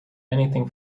anything